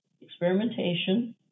experimentation